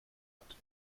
hat